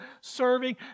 serving